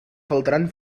faltaran